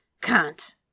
Can't